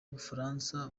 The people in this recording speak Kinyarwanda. bufaransa